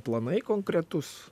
planai konkretūs